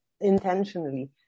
intentionally